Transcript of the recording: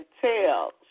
tell